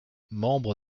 membre